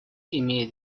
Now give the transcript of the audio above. имеет